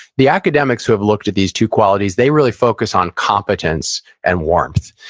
the academics, who have looked at these two qualities, they really focus on competence and warmth.